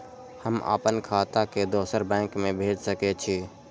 हम आपन खाता के दोसर बैंक में भेज सके छी?